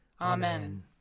Amen